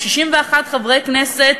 עם 61 חברי כנסת,